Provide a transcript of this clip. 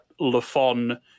Lafon